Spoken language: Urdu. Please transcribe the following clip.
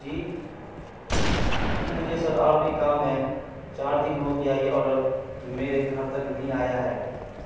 جی جی مجھے سر اور بھی کام ہے چار دن ہو گیا یہ آرڈر میرے گھر تک نہیں آیا ہے